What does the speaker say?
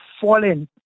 fallen